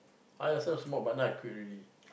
I also smoke but now I quit already